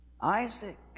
Isaac